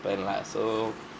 lah so